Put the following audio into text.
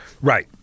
right